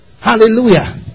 Hallelujah